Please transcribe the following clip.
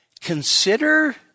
Consider